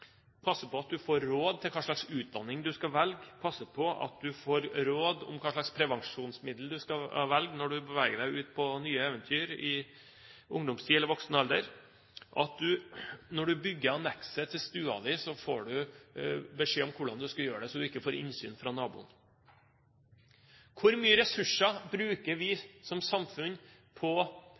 på at du får råd om hva slags utdanning du skal velge, passer på at du får råd om hva slags prevensjonsmiddel du skal velge når du beveger deg ut på nye eventyr i ungdomstiden eller voksen alder, og når du bygger annekset til stuen din, får du beskjed om hvordan du skal gjøre det så du ikke får innsyn fra naboen. Hvor mye ressurser bruker vi som samfunn på å støtte opp om menneskene der det betyr aller mest, på